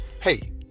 Hey